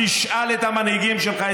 תשאל את המנהיגים שלך,